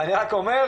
אני רק אומר,